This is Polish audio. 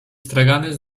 stragany